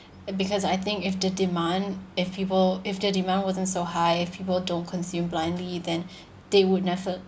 uh because I think if the demand if people if the demand wasn't so high if people don't consume blindly then they would never